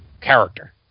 character